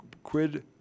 quid